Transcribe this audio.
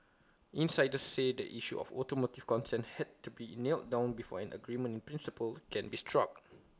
insiders say the issue of automotive content has to be nailed down before an agreement in principle can be struck